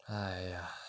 !aiya!